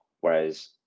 Whereas